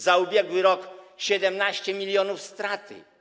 Za ubiegły rok ma 17 mln strat.